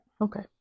Okay